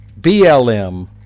BLM